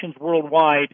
worldwide